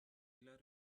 önce